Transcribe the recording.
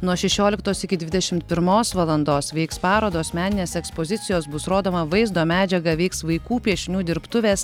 nuo šešioliktos iki dvidešimt pirmos valandos veiks parodos meninės ekspozicijos bus rodoma vaizdo medžiaga veiks vaikų piešinių dirbtuvės